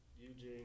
Eugene